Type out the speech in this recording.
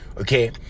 Okay